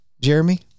jeremy